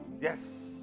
yes